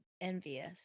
envious